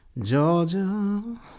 Georgia